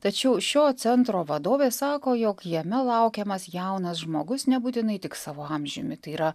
tačiau šio centro vadovė sako jog jame laukiamas jaunas žmogus nebūtinai tik savo amžiumi tai yra